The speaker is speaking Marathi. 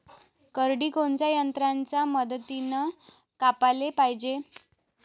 करडी कोनच्या यंत्राच्या मदतीनं कापाले पायजे?